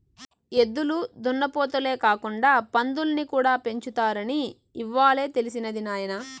ఎద్దులు దున్నపోతులే కాకుండా పందుల్ని కూడా పెంచుతారని ఇవ్వాలే తెలిసినది నాయన